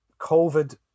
COVID